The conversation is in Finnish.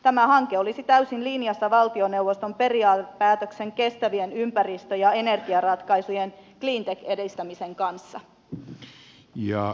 tämä hanke olisi täysin linjassa valtioneuvoston kestävistä ympäristö ja energiaratkaisuista ja cleantechin edistämisestä tekemän periaatepäätöksen kanssa